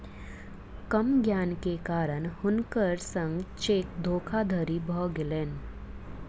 कम ज्ञान के कारण हुनकर संग चेक धोखादड़ी भ गेलैन